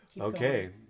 Okay